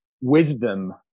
wisdom